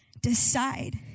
decide